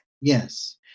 Yes